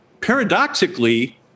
Paradoxically